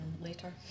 later